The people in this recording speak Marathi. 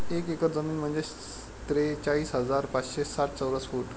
एक एकर जमीन म्हणजे त्रेचाळीस हजार पाचशे साठ चौरस फूट